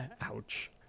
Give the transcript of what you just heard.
ouch